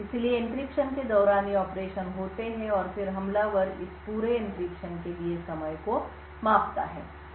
इसलिए एन्क्रिप्शन के दौरान ये ऑपरेशन होते हैं और फिर हमलावर इस पूरे एन्क्रिप्शन के लिए समय को मापता है